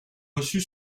reçu